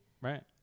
right